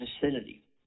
vicinity